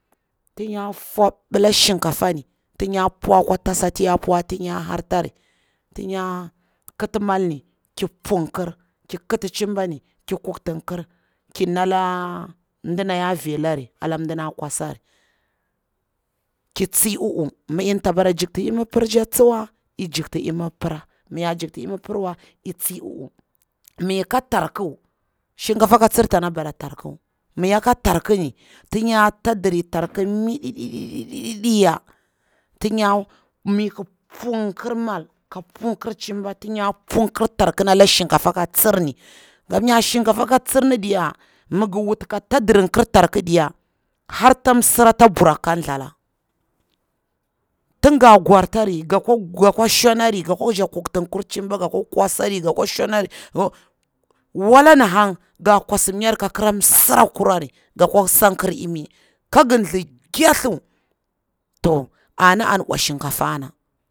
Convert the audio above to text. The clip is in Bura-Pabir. Tin ya fwabila shinkafa tig ya puwa akwa tasa ti ya puwari tin ya hartari, tin ya kiti mal ni ki punkir, ki ti cimbani ki kula tinkir, ki nda mdina ya velari, da mɗina kwasari, kitsi uwa uwa, mi nyanta bara jikti imi pir tsa tsuwa ik jikti imir pira, miya jikti imir pirwa i tsi uwuwu, mi ika tarku shinkafa ka tsirni tana bara tarku mi yaka tarku ni tin ya tattira tarku ni midi midiya tin ya miki punkir mal, ka punkir cimba, tin ya punkir tarkina a ta kira shinkafa ka tsir ni, kamnya shinkafa ko tsir diya mi ngi wuti ka tattirinkir tarku diya har ta msirata buraku ka thlang. Tin ga gwartari, ga kwa gwartari ga kwa shungari ga kwa jakti kuitinkir kimba ga kwa shanari wala na hang ga kwasini myari ka kira msira kurari, ga kwa sankir ini, ka gi thli gathu. To ana an bwa shinkafana.